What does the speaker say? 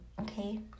okay